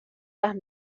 las